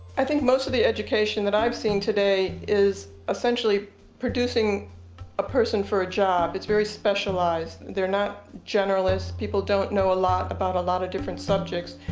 i think most of the education, that i've seen today, is essentially producing a person for a job. it's very specialized. they're not generalists. people don't know a lot about a lot of different subjects.